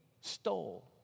stole